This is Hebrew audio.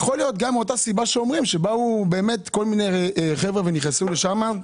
יכול להיות שבגלל שבאו כל מיני אנשים ונכנסו לשם.